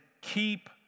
Keep